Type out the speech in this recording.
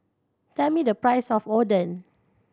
tell me the price of Oden